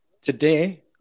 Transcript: Today